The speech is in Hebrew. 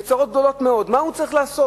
וצרות גדולות מאוד, מה הוא צריך לעשות?